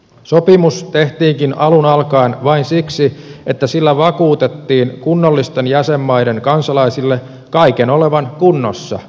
sopimus tehtiinkin alun alkaen vain siksi että sillä vakuutettiin kunnollisten jäsenmaiden kansalaisille kaiken olevan kunnossa